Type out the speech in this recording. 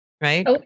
Right